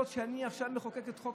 יש לו קורסים שהוא חייב להיות נוכח